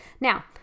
now